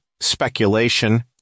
speculation